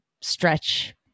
stretch